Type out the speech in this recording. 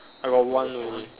I got one only